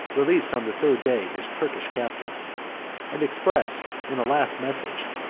released on the third day his turkish captives and expressed, in a last message,